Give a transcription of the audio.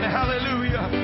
Hallelujah